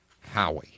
Howie